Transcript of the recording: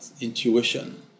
intuition